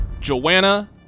Joanna